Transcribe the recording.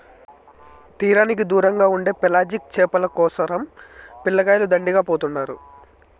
తీరానికి దూరంగా ఉండే పెలాజిక్ చేపల కోసరం పిల్లకాయలు దండిగా పోతుండారు